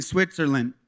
Switzerland